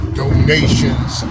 donations